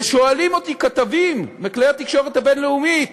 ושואלים אותי כתבים מכלי התקשורת הבין-לאומית,